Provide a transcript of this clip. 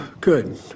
Good